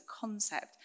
concept